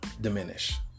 diminish